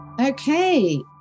Okay